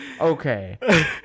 Okay